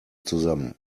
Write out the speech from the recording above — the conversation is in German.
zusammen